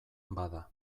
bada